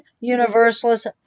Universalist